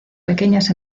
pequeñas